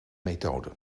methode